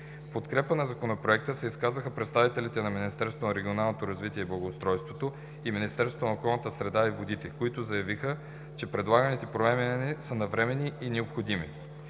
подкрепа на Законопроекта се изказаха представителите на Министерството на регионалното развитие и благоустройството и Министерството на околната среда и водите, който заявиха, че предлаганите промени са навременни и необходими.